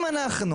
אם אנחנו